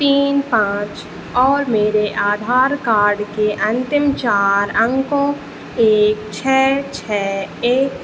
तीन पाँच और मेरे आधार कार्ड के अन्तिम चार अंकों एक छः छः एक